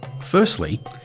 Firstly